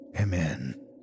amen